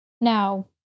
Now